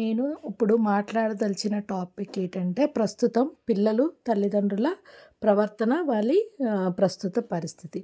నేను ఇప్పుడు మాట్లాడదలచిన టాపిక్ ఏంటంటే ప్రస్తుతం పిల్లలు తల్లిదండ్రుల ప్రవర్తన వారి ప్రస్తుత పరిస్థితి